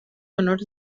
honors